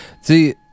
See